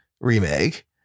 remake